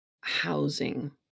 housing